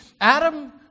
Adam